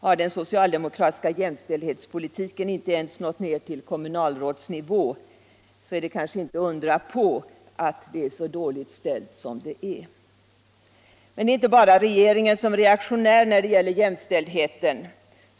Har den socialdemokratiska jämställdhetspolitiken inte ens nått ner till kommunalrådsnivå, är det kanske inte att undra på att det är så dåligt ställt som det är. Men det är inte bara regeringen som är reaktionär när det gäller jämställdheten.